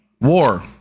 war